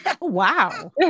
Wow